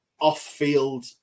off-field